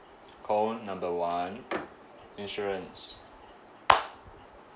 call number one insurance